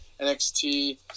NXT